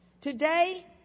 Today